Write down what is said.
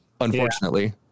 unfortunately